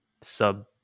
sub